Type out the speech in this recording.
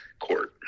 court